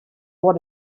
what